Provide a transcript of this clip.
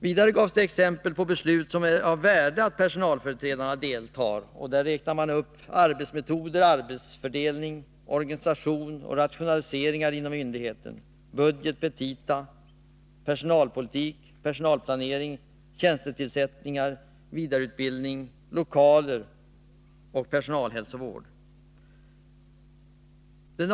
Vidare gavs det exempel på beslut där det är av värde att personalföreträdarna deltar. Det gäller arbetsmetoder, arbetsfördelning, organisation och rationaliseringar inom myndigheten, budgetpetita, personalpolitik, personalplanering, tjänstetillsättningar, vidareutbildning, lokaler och personalhälsovård.